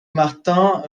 martin